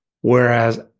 Whereas